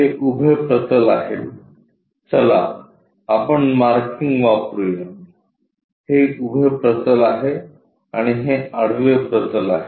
हे उभे प्रतल आहे चला आपण मार्किंग वापरुया हे उभे प्रतल आहे आणि हे आडवे प्रतल आहे